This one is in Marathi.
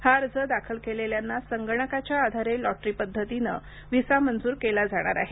हा अर्ज दाखल केलेल्यांना संगणकाच्या आधारे लॉटरी पद्धतीनं व्हिसा मंजूर केला जाणार आहे